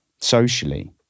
socially